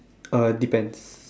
uh depends